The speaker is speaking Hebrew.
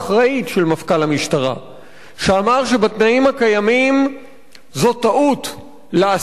שאמר שבתנאים הקיימים זאת טעות לאסור על מבקשי החיים לעבוד.